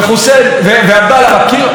ועבדאללה מכיר?